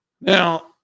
Now